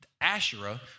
Asherah